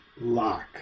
lock